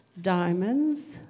Diamonds